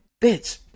bitch